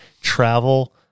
travel